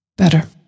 better